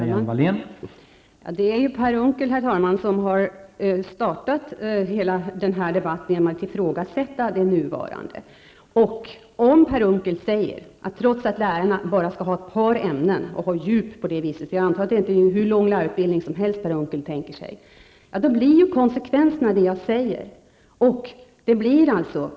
Herr talman! Det är Per Unckel som har startat hela den här debatten genom att ifrågasätta det nuvarande. Om han säger, att trots att lärarna bara skall ha ett par ämnen skall de ändå ha ett djup i sina kunskaper -- jag antar att han inte tänker sig hur lång lärarutbildning som helst -- blir konsekvenserna de som jag säger.